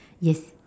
yes